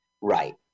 Right